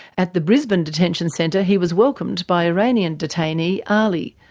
at the brisbane detention centre he was welcomed by iranian detainee ali,